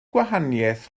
gwahaniaeth